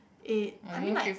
eight I mean like